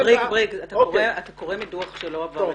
בריק, אתה קורא מדוח מסווג.